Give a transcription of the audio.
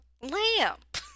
Lamp